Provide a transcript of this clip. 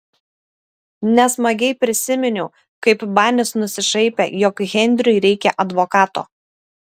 nesmagiai prisiminiau kaip banis nusišaipė jog henriui reikią advokato